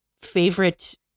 favorite